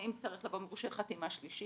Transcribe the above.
האם צריך לבוא עם מורשה חתימה שלישי.